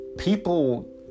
People